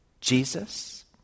Jesus